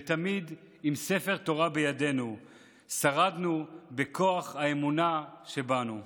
ותמיד עם ספר תורה בידנו שרדנו בכוח האמונה שבנו".